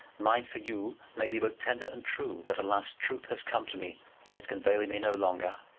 mine for you may be both tender and true but, alas, truth has come to me when it can avail me no longer.